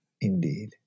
indeed